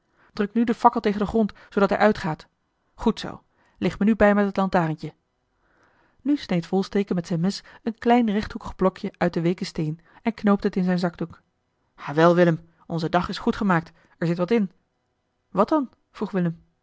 nu de fakkel tegen den grond zoodat hij uitgaat goed zoo licht me nu bij met het lantarentje nu sneed volsteke met zijn mes een klein rechthoekig blokje uit den weeken steen en knoopte het in zijn zakdoek awel willem onze dag is goed gemaakt er zit wat in wat dan vroeg willem